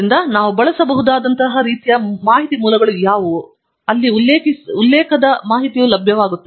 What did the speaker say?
ಆದ್ದರಿಂದ ನಾವು ಬಳಸಬಹುದಾದಂತಹ ರೀತಿಯ ಮಾಹಿತಿ ಮೂಲಗಳು ಯಾವುವು ಅಲ್ಲಿ ಉಲ್ಲೇಖದ ಮಾಹಿತಿಯು ಲಭ್ಯವಾಗುತ್ತದೆ